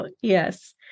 Yes